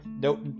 no